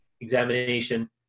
examination